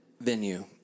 venue